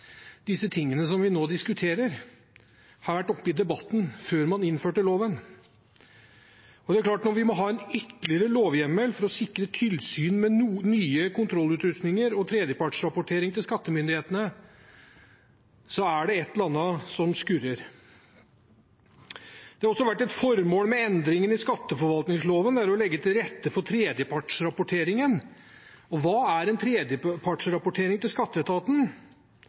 disse tingene som vi nå diskuterer, har vært oppe i debatten før man innførte loven, og det er klart at når vi må ha en ytterligere lovhjemmel for å sikre tilsyn med nye kontrollutrustninger og tredjepartsrapportering til skattemyndighetene, er det et eller annet som skurrer. Det har også vært et formål med endringen i skatteforvaltningsloven å legge til rette for tredjepartsrapportering. Hva er en tredjepartsrapportering til skatteetaten?